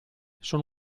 sono